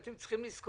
אתם צריכים לזכור